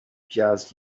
just